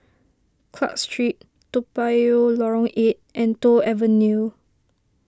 Clarke Street Toa Payoh Lorong eight and Toh Avenue